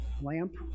lamp